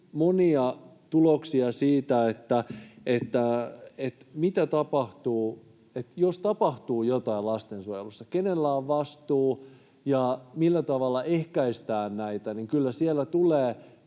monia tuloksia siitä, mitä tapahtuu, jos tapahtuu jotain lastensuojelussa: kenellä on vastuu, ja millä tavalla ehkäistään näitä. Kyllä siellä tulevat